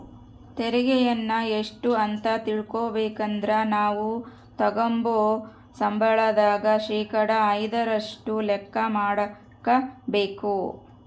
ತೆರಿಗೆಯನ್ನ ಎಷ್ಟು ಅಂತ ತಿಳಿಬೇಕಂದ್ರ ನಾವು ತಗಂಬೋ ಸಂಬಳದಾಗ ಶೇಕಡಾ ಐದರಷ್ಟು ಲೆಕ್ಕ ಮಾಡಕಬೇಕು